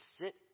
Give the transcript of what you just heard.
sit